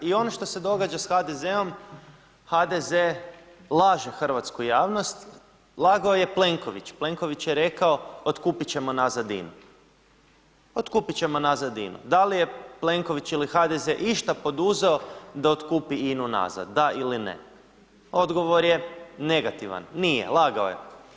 I ono što se događa s HDZ-om, HDZ laže hrvatsku javnost, lagao je Plenković, Plenković je rekao otkupit ćemo nazad INU, otkupit ćemo nazad INU, da li je Plenković ili HDZ išta poduzeo da otkupi INU nazad da ili ne, odgovor je negativan, nije lagao je.